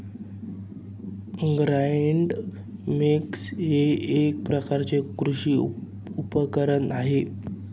grinder mixer हे एक प्रकारचे कृषी उपकरण आहे